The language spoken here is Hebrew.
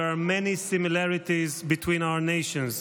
there are many similarities between our nations: